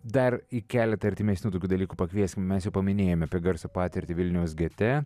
dar į keletą artimesnių tokių dalykų pakvieskim mes paminėjom apie garso patirtį vilniaus gete